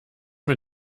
mit